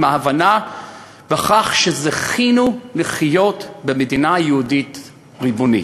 ההבנה שזכינו לחיות במדינה יהודית ריבונית,